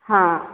ହଁ